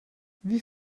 wie